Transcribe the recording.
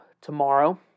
tomorrow